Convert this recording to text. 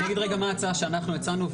נגיד מה ההצעה שאנחנו הצענו,